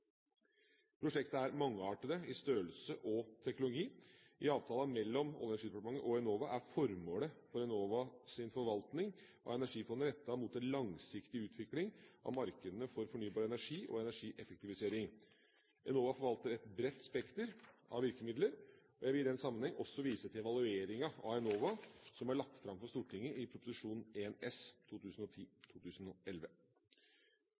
Prosjektet er mangeartet i størrelse og teknologi. I avtalen mellom Olje- og energidepartementet og Enova er formålet for Enovas forvaltning av Energifondet rettet mot en langsiktig utvikling av markedene for fornybar energi og energieffektivisering. Enova forvalter et bredt spekter av virkemidler. Jeg vil i den sammenheng også vise til evalueringen av Enova som ble lagt fram for Stortinget i Prop. 1 S for 2010–2011. Regjeringa har en